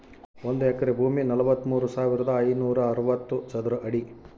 ಒಂದು ಎಕರೆ ಭೂಮಿ ನಲವತ್ಮೂರು ಸಾವಿರದ ಐನೂರ ಅರವತ್ತು ಚದರ ಅಡಿ